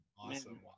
awesome